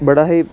ਬੜਾ ਹੀ